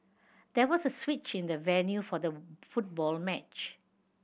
there was a switch in the venue for the football match